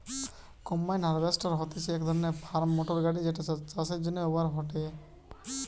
combine harvester হতিছে এক ধরণের ফার্ম মোটর গাড়ি যেটা চাষের জন্য ব্যবহার হয়েটে